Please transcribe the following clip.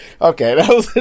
Okay